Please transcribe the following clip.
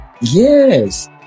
yes